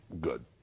good